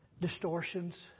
Distortions